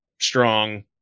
Strong